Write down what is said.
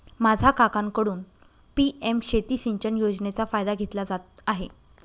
माझा काकांकडून पी.एम शेती सिंचन योजनेचा फायदा घेतला जात आहे